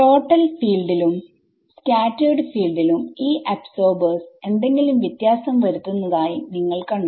total ഫീൽഡിലും scattered ഫീൽഡിലും ഈ അബ്സോർബർസ് എന്തെങ്കിലും വ്യത്യാസം വരുത്തുന്നതായി നിങ്ങൾ കണ്ടോ